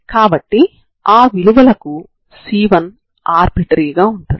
కాబట్టి ఇది మీ లైన్ అవుతుంది